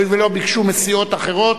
הואיל ולא ביקשו מסיעות אחרות,